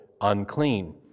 unclean